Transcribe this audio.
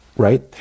right